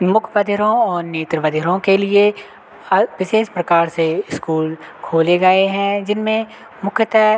मुख बधिरों और नेत्र बधिरों के लिए विशेष प्रकार से इस्कूल खोले गए हैं जिनमें मुख्यतः